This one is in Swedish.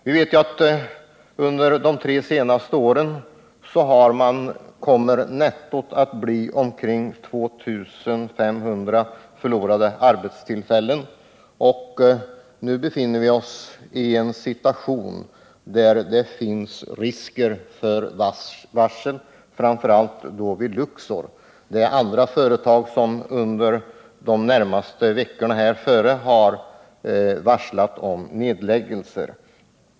Vi vet att antalet förlorade arbetstillfällen under de tre senaste åren är omkring 2 500. Vi befinner oss nu i en situation där det finns risk för varsel, framför allt då vid Luxor. Det är andra företag som under de senaste veckorna har varslat om nedläggelser.